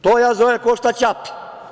To ja zovem ko šta ćapi.